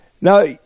Now